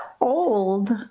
old